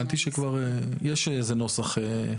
הבנתי שכבר יש איזה נוסח.